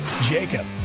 Jacob